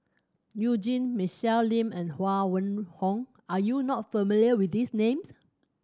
You Jin Michelle Lim and Huang Wenhong are you not familiar with these names